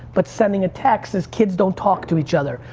but sending a text is kids don't talk to each other.